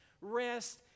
rest